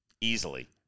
Easily